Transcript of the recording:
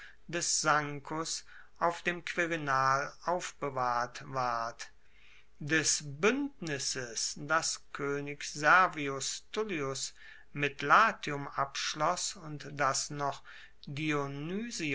des sancus auf dem quirinal aufbewahrt ward des buendnisses das koenig servius tullius mit latium abschloss und das noch